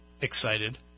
excited